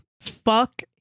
Fuck